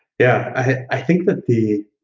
yeah, i think that the